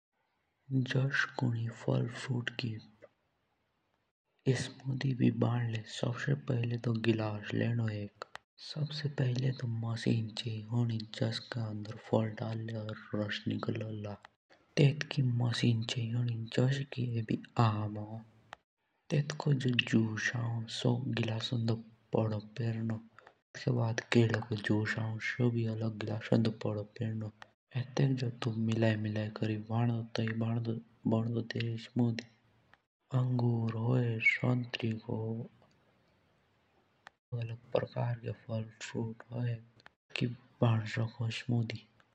जुस एभी कुंजेई फळ फुरुत की इसमोडी भी भानी सबसे आगे तो हम बेर मशीन चाही होनी तेतके बाद केले के रस गढ दे तेतके बाद शेब का गढ दे। तेतके बाद संत्रे का रस गढ दे। और तेनुक आपस मंझ निलायी कोरी तभ भाजो तेसकी इसमूदी।